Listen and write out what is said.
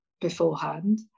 beforehand